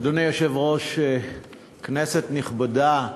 אדוני היושב-ראש, כנסת נכבדה,